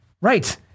Right